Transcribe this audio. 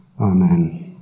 amen